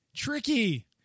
Tricky